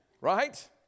Right